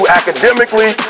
academically